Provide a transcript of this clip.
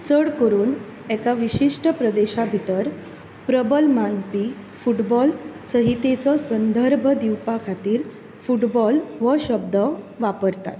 चड करून एका विशिश्ट प्रदेशा भितर प्रबल मानपी फुटबॉल संहितेचो संदर्भ दिवपा खातीर फुटबॉल हो शब्द वापरतात